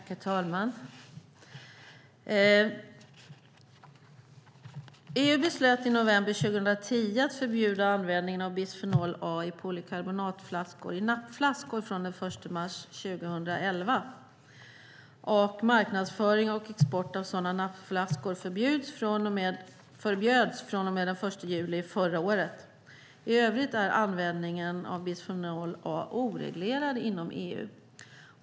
Herr talman! EU beslöt i november 2010 att förbjuda användningen av bisfenol A i polykarbonatflaskor i nappflaskor från den 1 mars 2011. Marknadsföring och export av sådana nappflaskor förbjöds från och med den 1 juli förra året. I övrigt är användningen av bisfenol A oreglerad inom EU.